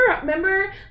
remember